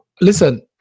listen